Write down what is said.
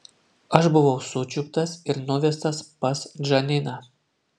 aš buvau sučiuptas ir nuvestas pas džaniną